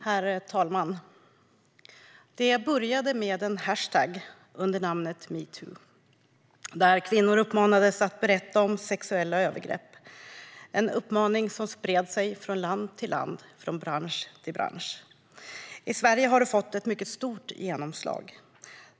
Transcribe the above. Herr talman! Det började med en hashtagg under namnet #metoo där kvinnor uppmanades att berätta om sexuella övergrepp - en uppmaning som spred sig från land till land och från bransch till bransch. I Sverige har detta fått mycket stort genomslag.